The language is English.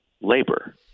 labor